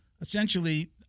essentially